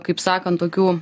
kaip sakant tokių